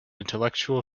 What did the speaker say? intellectual